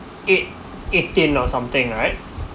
eight eighteen or something right